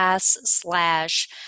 slash